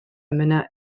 emynau